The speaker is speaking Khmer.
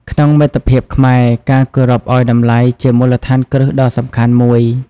ក្នុងមិត្តភាពខ្មែរ ការគោរពឱ្យតម្លៃជាមូលដ្ឋានគ្រឹះដ៏សំខាន់មួយ។